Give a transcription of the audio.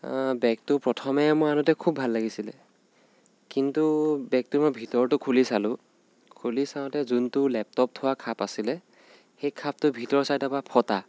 বেগটো প্ৰথমে মই আনোতে খুব ভাল লাগিছিলে কিন্তু বেগটোৰ মই ভিতৰটো মই খুলি চালোঁ খুলি চাওঁতে যোনটো লেপটপ থোৱা খাপ আছিলে সেই খাপটো ভিতৰ চাইডৰ পৰা ফটা